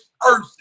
person